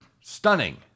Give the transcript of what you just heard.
Stunning